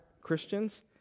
Christians